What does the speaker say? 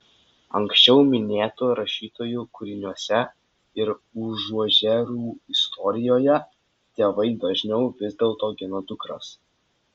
anksčiau minėtų rašytojų kūriniuose ir užuožerių istorijoje tėvai dažniau vis dėlto gina dukras